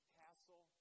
castle